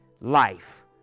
life